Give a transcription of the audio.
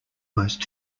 most